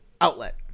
outlet